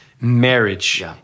Marriage